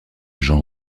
jean